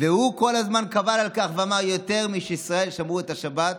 והוא כל הזמן קבל על כך ואמר: יותר משישראל שמרו את השבת,